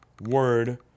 word